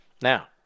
Now